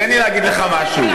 תן לי להגיד לך משהו,